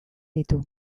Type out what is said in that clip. ditu